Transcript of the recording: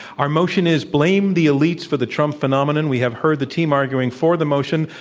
our motion is blame the elites for the trump phenomenon. we have heard the team arguing for the motion,